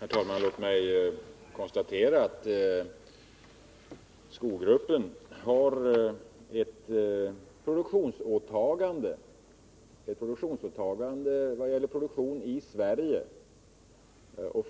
Herr talman! Låt mig konstatera att Skogruppen AB har ett produktionsåtagande vad gäller produktion i Sverige.